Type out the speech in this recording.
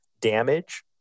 damage